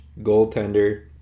goaltender